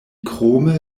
krome